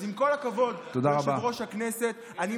אז עם כל הכבוד ליושב-ראש הכנסת, תודה רבה.